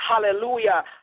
Hallelujah